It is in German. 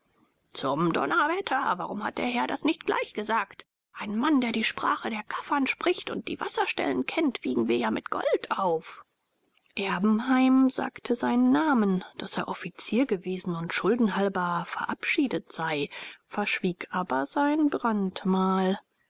zum donnerwetter warum hat der herr das nicht gleich gesagt einen mann der die sprache der kaffern spricht und die wasserstellen kennt wiegen wir ja mit gold auf erbenheim sagte seinen namen daß er offizier gewesen und schulden halber verabschiedet sei verschwieg aber sein brandmal